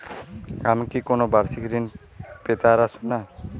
আমি কি কোন বাষিক ঋন পেতরাশুনা?